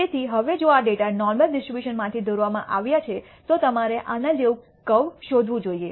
તેથી હવે જો આ ડેટા નોર્મલ ડિસ્ટ્રીબ્યુશન માંથી દોરવામાં આવ્યો છે તો તમારે આના જેવું કર્વ શોધવું જોઈએ